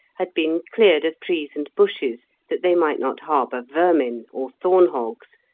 had been cleared of trees and bushes that they might not harbour vermin, or thorn-hogs,